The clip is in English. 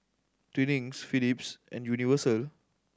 Twinings Philips and Universal